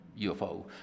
UFO